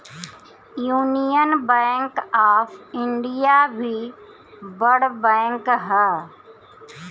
union bank of India भी बड़ bank हअ